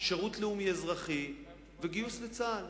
שירות לאומי אזרחי וגיוס לצה"ל.